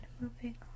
moving